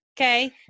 Okay